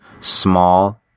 small